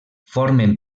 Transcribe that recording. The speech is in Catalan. formen